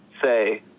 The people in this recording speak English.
say